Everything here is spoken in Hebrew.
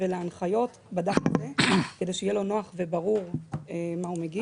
ולהנחיות בדף הזה כדי שיהיה לו נוח וברור מה הוא מגיש.